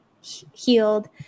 healed